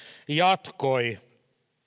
jatkoi